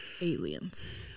aliens